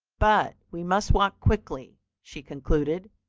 but we must walk quickly, she concluded,